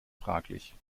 fraglich